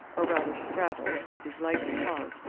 or rather straddled, with his legs apart,